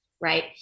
right